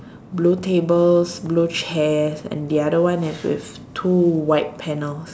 blue tables blue chairs and the other one is with two white panels